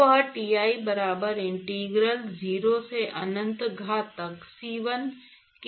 तो वह Ti बराबर इंटीग्रल 0 से अनंत घातांक C1 के बराबर होगा